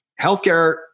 healthcare